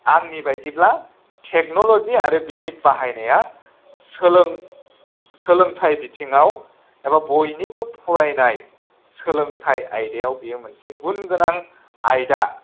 आंनि बायदिब्ला टेक्न'ल'जि आरो बेनि बाहायनाया सोलोंथाइ बिथिङाव एबा बयनिबो फरायनाय सोलोंथाइ आयदायाव बेयो मोनसे गुनगोनां आयदा